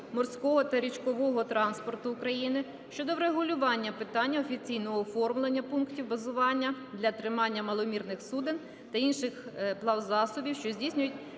морського та річкового транспорту України щодо врегулювання питання офіційного оформлення пунктів базування для тримання маломірних суден та інших плавзасобів, що здійснюють